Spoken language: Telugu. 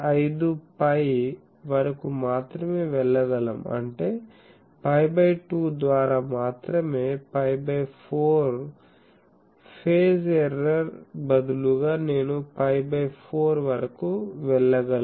5 π వరకు మాత్రమే వెళ్ళగలం అంటే π బై 2 ద్వారా మాత్రమే π బై 4 ఫేస్ ఎర్రర్ బదులుగా నేను π బై 4 వరకు వెళ్ళగలను